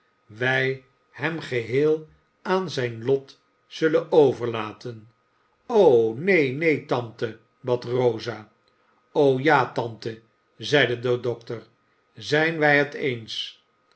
wij hem geheel aan zijn lot zullen overlaten o neen neen tante bad rosa o ja tante zeide de dokter zijn wij het eens